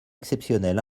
exceptionnelles